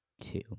two